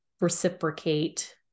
reciprocate